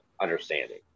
understanding